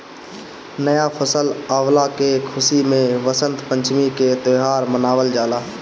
नया फसल अवला के खुशी में वसंत पंचमी के त्यौहार मनावल जाला